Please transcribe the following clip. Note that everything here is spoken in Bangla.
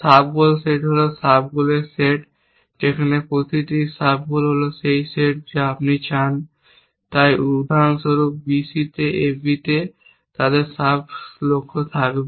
সাব গোল সেট হল সাব গোলের সেট যেখানে প্রতিটি সাব গোল হল সেই সেট যা আপনি চান তাই উদাহরণ স্বরূপ BC তে AB তে তাদের সাব লক্ষ্য থাকবে